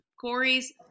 Corey's